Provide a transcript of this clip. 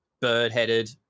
bird-headed